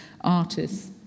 artists